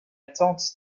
tante